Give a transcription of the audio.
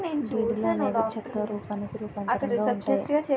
డీడీలు అనేవి చెక్కుల రూపానికి రూపాంతరంగా ఉంటాయి